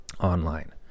online